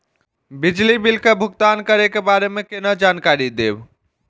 बिजली बिल के भुगतान करै के बारे में केना जानकारी देब?